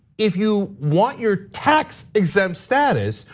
if you want your tax exempt status,